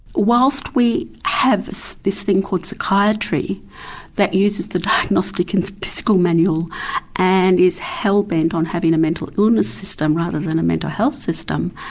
while so we have so this thing called psychiatry that uses the diagnostic and manual and is hellbent on having a mental illness system rather than a mental health system,